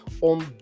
on